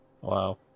wow